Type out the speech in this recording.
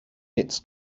its